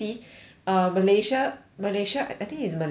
uh malaysia malaysia I think is malaysia